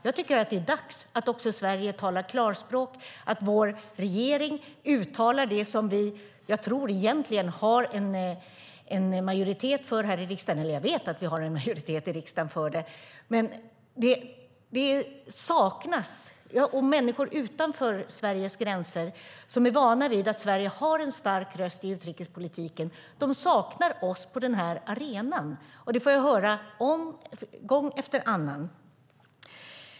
Jag tycker att det är dags att Sverige talar klarspråk, att vår regering uttalar det som jag vet att vi egentligen har en majoritet för här i riksdagen. Människor utanför Sveriges gränser som är vana vid att Sverige har en stark röst i utrikespolitiken saknar oss på den här arenan. Det får jag höra gång efter annan.